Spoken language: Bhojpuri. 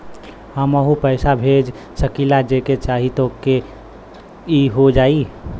हमहू पैसा भेज सकीला जेके चाही तोके ई हो जाई?